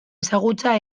ezagutza